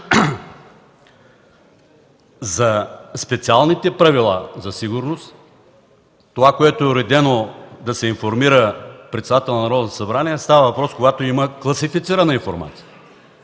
За специалните правила за сигурност това, което е уредено – да се информира председателят на Народното събрание, става въпрос, когато има класифицирана информация.